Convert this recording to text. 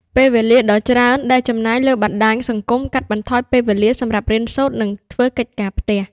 ពេលវេលាដ៏ច្រើនដែលចំណាយលើបណ្ដាញសង្គម កាត់បន្ថយពេលវេលាសម្រាប់រៀនសូត្រ និង ធ្វើកិច្ចការផ្ទះ។